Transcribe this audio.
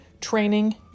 training